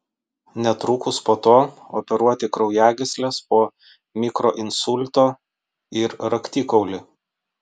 netrukus po to operuoti kraujagysles po mikroinsulto ir raktikaulį